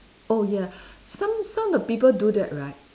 oh ya some some of the people do that right